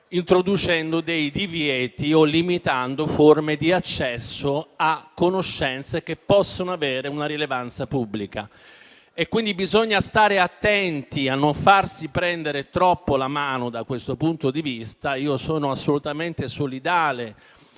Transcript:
introducendo divieti o limitando forme di accesso a conoscenze che possono avere rilevanza pubblica. Bisogna stare attenti quindi a non farsi prendere troppo la mano da questo punto di vista. Sono assolutamente solidale